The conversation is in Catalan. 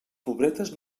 pobretes